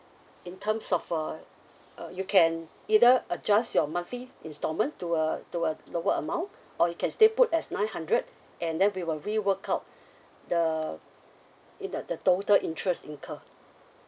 in terms of uh uh you can either adjust your monthly installment to a to a lower amount or you can stay put as nine hundred and then we will rework out the in the the total interest incur